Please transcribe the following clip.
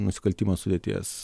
nusikaltimo sudėties